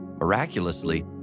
Miraculously